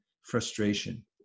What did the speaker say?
frustration